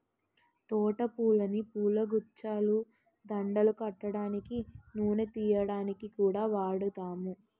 తోట పూలని పూలగుచ్చాలు, దండలు కట్టడానికి, నూనె తియ్యడానికి కూడా వాడుతాం